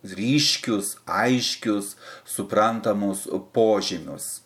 ryškius aiškius suprantamus požymius